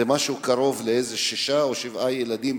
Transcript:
זה משהו קרוב לשישה או שבעה ילדים